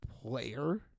player